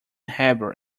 harbour